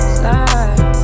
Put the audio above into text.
slide